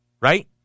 Right